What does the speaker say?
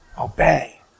obey